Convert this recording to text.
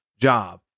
job